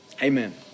Amen